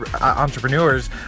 entrepreneurs